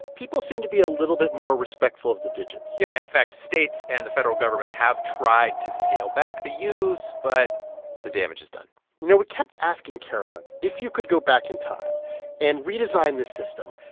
people seem to be a little bit more respectful of the digits yeah. in fact, states and the federal government have tried to scale back the use, but the damage is done you know, we kept asking carolyn, if you could go back in time and redesign the system,